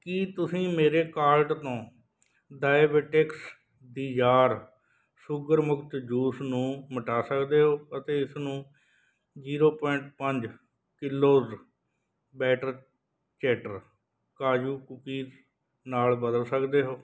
ਕੀ ਤੁਸੀਂ ਮੇਰੇ ਕਾਰਟ ਤੋਂ ਡਾਏਬਿਟਿਕਸ ਦੀਜ਼ਾਰ ਸ਼ੂਗਰ ਮੁਕਤ ਜੂਸ ਨੂੰ ਮਿਟਾ ਸਕਦੇ ਹੋ ਅਤੇ ਇਸ ਨੂੰ ਜੀਰੋ ਪੁਆਇੰਟ ਪੰਜ ਕਿਲੋਜ਼ ਬੈਟਰ ਚੈਟਰ ਕਾਜੂ ਕੂਕੀਜ਼ ਨਾਲ ਬਦਲ ਸਕਦੇ ਹੋ